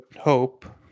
hope